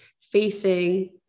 facing